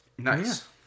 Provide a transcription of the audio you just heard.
Nice